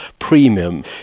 premium